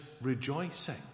rejoicing